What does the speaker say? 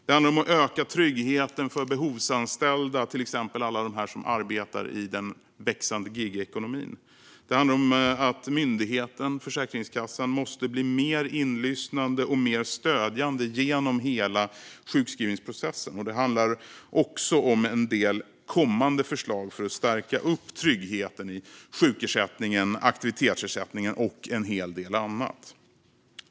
Det handlar om att öka tryggheten för behovsanställda, till exempel alla dem som arbetar i den växande gigekonomin. Det handlar om att myndigheten, Försäkringskassan, måste bli mer inlyssnande och mer stödjande genom hela sjukskrivningsprocessen. Det handlar också om en del kommande förslag för att stärka tryggheten i sjukersättningen och aktivitetsersättningen och en hel del annat.